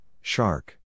shark